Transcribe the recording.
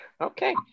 Okay